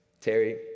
Terry